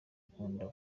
akunda